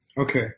Okay